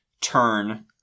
turn